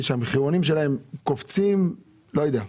שהמחירונים שלהם קופצים כלפי מעלה אני לא יודע.